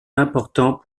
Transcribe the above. important